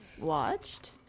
watched